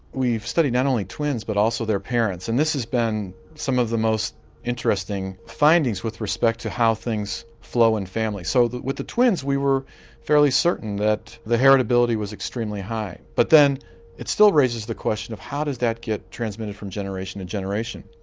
we've studied not only twins but also their parents and this has been some of the most interesting findings with respect to how things flow in families. so with the twins we were fairly certain that the heritability was extremely high. but then it still raises the question of how does that get transmitted from generation to and generation.